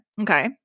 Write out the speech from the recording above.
Okay